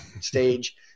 stage